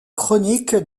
chronique